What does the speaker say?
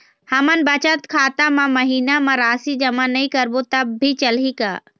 हमन बचत खाता मा महीना मा राशि जमा नई करबो तब भी चलही का?